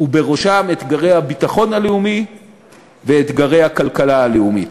ובראשם אתגרי הביטחון הלאומי ואתגרי הכלכלה הלאומית.